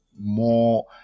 more